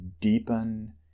deepen